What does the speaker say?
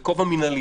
זה כובע מינהלי.